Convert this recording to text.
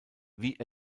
wie